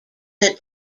latter